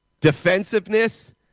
defensiveness